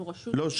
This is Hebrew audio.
אנחנו רשות --- לא,